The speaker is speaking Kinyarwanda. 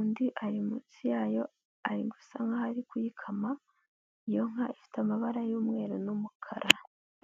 undi ari munsi yayo ari gusa nkaho ari kuyikama. Iyo nka ifite amabara y'umweru n'umukara.